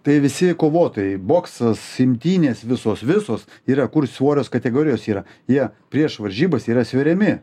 tai visi kovotojai boksas imtynės visos visos yra kur svorio kategorijos yra jie prieš varžybas yra sveriami